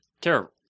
Terrible